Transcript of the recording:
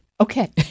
Okay